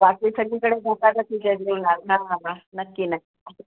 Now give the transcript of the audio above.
बाकी सगळीकडे नक्की नक्की